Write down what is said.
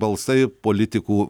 balsai politikų